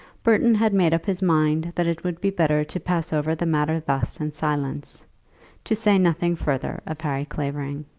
burton had made up his mind that it would be better to pass over the matter thus in silence to say nothing further of harry clavering.